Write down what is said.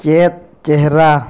ᱪᱮᱫ ᱪᱮᱦᱨᱟ